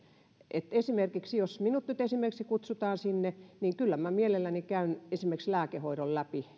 esimerkiksi jos minut nyt kutsutaan sinne niin kyllä minä mielelläni käyn esimerkiksi lääkehoidon läpi